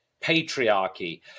patriarchy